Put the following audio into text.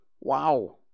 Wow